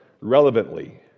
relevantly